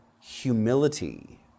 humility